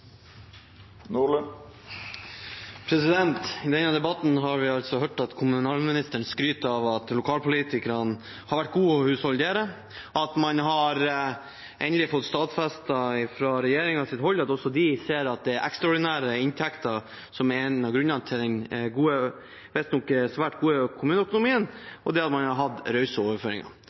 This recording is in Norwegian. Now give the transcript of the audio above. realitetene. I denne debatten har vi hørt at kommunalministeren skryter av at lokalpolitikerne har vært gode til å husholdere, at man endelig har fått stadfestet fra regjeringshold at også de ser de ekstraordinære inntektene som en av grunnene til den visstnok svært gode kommuneøkonomien, og at man har hatt rause